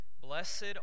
Blessed